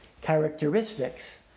characteristics